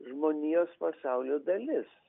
žmonijos pasaulio dalis